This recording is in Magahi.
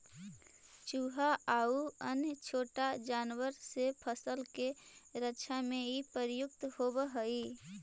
चुहा आउ अन्य छोटा जानवर से फसल के रक्षा में इ प्रयुक्त होवऽ हई